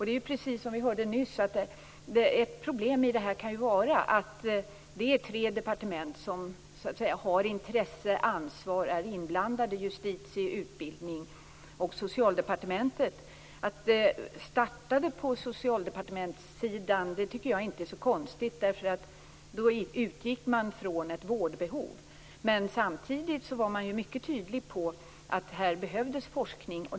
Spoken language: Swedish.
Det är precis som vi hörde nyss att ett problem i sammanhanget kan vara att det är tre departement som så att säga är inblandade, som har intresse och ansvar. Det är Justitie-, Utbildnings och Socialdepartementen. Att detta startade på socialdepartementssidan tycker jag inte är så konstigt. Då utgick man från ett vårdbehov. Samtidigt var man mycket tydlig på den punkten att här behövdes forskning.